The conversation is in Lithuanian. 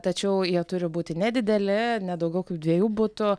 tačiau jie turi būti nedideli ne daugiau kaip dviejų butų